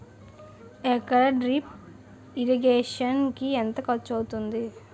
ఎకర drip irrigation కి ఎంత ఖర్చు అవుతుంది?